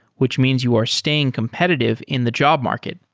which means you are staying competitive in the job market.